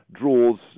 draws